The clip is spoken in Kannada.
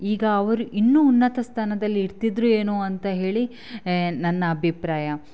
ಈಗ ಅವರು ಇನ್ನೂ ಉನ್ನತ ಸ್ಥಾನದಲ್ಲಿ ಇರ್ತಿದ್ರೋ ಏನೋ ಅಂತ ಹೇಳಿ ನನ್ನ ಅಭಿಪ್ರಾಯ